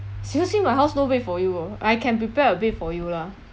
seriously my house no bed for you ah I can prepare a bed for you lah